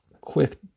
quick